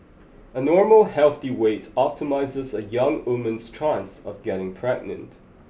a normal healthy weight optimises a young woman's chance of getting pregnant